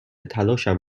تلاشم